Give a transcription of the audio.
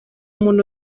umuntu